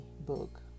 book